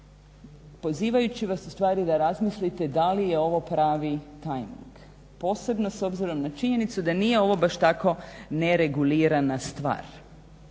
pozivajući vas ustvari da razmislite da li je ovo pravi tajming posebno s obzirom na činjenicu da nije ovo baš tako neregulirana stvar